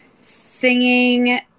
singing